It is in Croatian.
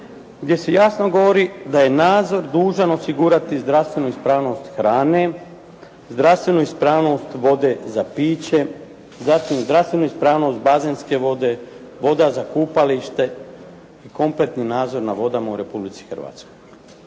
gdje se jasno govori da je nadzor dužan osigurati zdravstvenu ispravnost hrane, zdravstvenu ispravnost vode za piće, zatim zdravstvenu ispravnost bazenske vode, vode za kupalište i kompletan nadzor nad vodama u Republici Hrvatskoj.